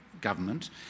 government